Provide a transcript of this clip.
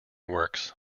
works